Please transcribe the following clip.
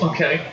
Okay